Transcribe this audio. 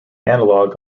analog